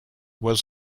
was